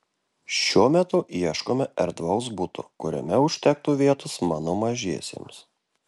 šiuo metu ieškome erdvaus buto kuriame užtektų vietos mano mažiesiems